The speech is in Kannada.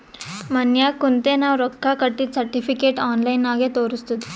ಮನ್ಯಾಗ ಕುಂತೆ ನಾವ್ ರೊಕ್ಕಾ ಕಟ್ಟಿದ್ದ ಸರ್ಟಿಫಿಕೇಟ್ ಆನ್ಲೈನ್ ನಾಗೆ ತೋರಸ್ತುದ್